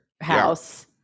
house